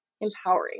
empowering